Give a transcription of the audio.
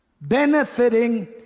benefiting